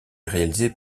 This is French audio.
réalisé